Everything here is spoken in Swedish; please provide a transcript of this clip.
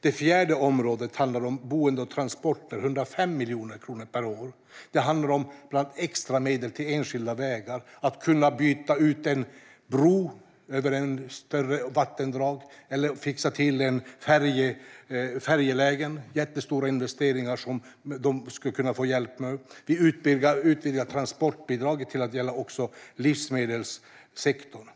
Det fjärde området är boende och transporter. Det får 105 miljoner kronor per år. Det handlar bland annat om extra medel till enskilda vägar, till att kunna byta ut en bro över ett större vattendrag eller till att fixa till ett färjeläge. Det är stora investeringar som man kan få hjälp med. Vi utvidgar transportbidraget till att gälla också livsmedelssektorn.